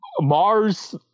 Mars